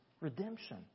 redemption